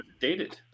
dated